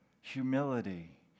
humility